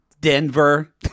Denver